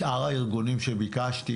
משאר הארגונים שביקשתי